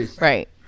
Right